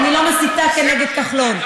אני לא מסיתה כנגד כחלון.